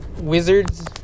Wizards